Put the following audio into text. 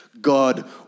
god